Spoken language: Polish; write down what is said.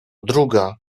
druga